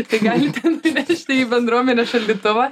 tai galim ten nuvežti į bendruomenės šaldytuvą